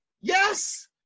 Yes